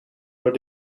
door